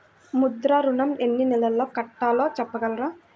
ముద్ర ఋణం ఎన్ని నెలల్లో కట్టలో చెప్పగలరా?